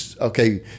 okay